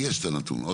נתונים.